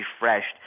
refreshed